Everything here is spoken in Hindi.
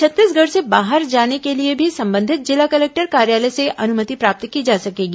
छत्तीसगढ़ से बाहर जाने के लिए भी संबंधित जिला कलेक्टर कार्यालय से अनुमति प्राप्त की जा सकेगी